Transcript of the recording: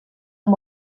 amb